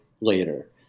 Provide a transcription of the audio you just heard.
later